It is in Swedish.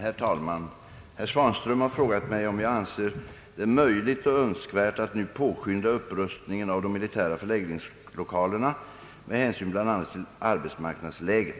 Herr talman! Herr Svanström har frågat mig om jag anser det möjligt och önskvärt att nu påskynda upprustningen ay de militära förläggningslokalerna med hänsyn bl.a. till arbetsmarknadsläget.